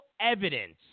evidence